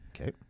Okay